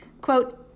Quote